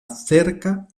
cerca